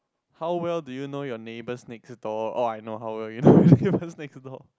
how well do you know your neighbours next door orh I know how well you know your neighbours next door